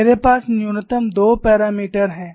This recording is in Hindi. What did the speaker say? मेरे पास न्यूनतम 2 मापदण्ड हैं